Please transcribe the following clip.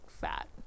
fat